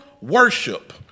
worship